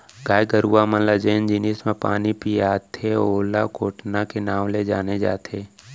गाय गरूवा मन ल जेन जिनिस म पानी पियाथें ओला कोटना के नांव ले जाने जाथे